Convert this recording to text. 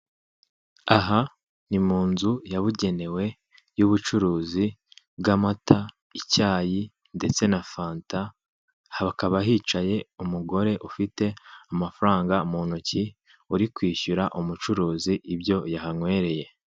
Aha ni mu nzu yabugenewe, y'ubucuruzi bw'amata, icyayi ndetse na fanta. Hakaba hicaye umugore ufite amafaranga mu ntoki, uri kwishyura umucuruzi ibyo yahanywereye.